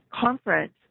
Conference